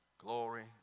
Glory